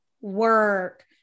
work